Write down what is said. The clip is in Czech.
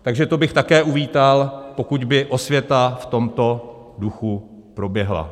Takže to bych také uvítal, pokud by osvěta v tomto duchu proběhla.